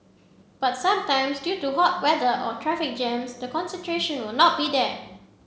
but sometimes due to hot weather or traffic jams the concentration will not be there